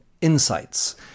insights